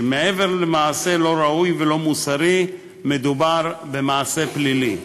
שמעבר למעשה לא ראוי ולא מוסרי מדובר במעשה פלילי.